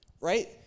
Right